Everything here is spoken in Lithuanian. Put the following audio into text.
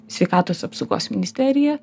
sveikatos apsaugos ministerija